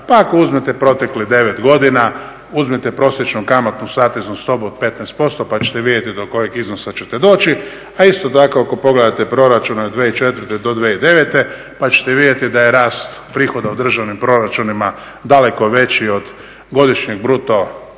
Pa ako uzmete proteklih 9 godina uzmite prosječnu kamatnu zateznu stopu od 15% pa ćete vidjeti do kojeg iznosa ćete doći. A isto tako ako pogledate proračune od 2004. do 2009. pa ćete vidjeti da je rast prihoda u državnim proračunima daleko veći od godišnjeg bruto,